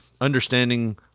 Understanding